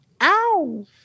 Ow